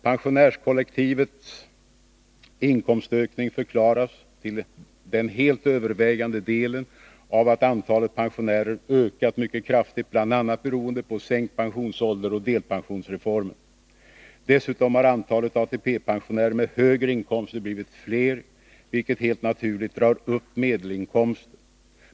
Pensionärskollektivets inkomstökning förklaras till den helt övervägande delen av att antalet pensionärer ökat mycket kraftigt, bl.a. beroende på sänkt pensionsålder och delpensionsreformen. Dessutom har antalet ATP-pensionärer med högre inkomster blivit fler, vilket helt naturligt drar upp medelinkomsten.